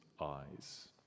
eyes